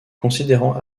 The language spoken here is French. considérant